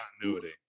continuity